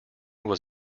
was